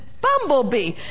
bumblebee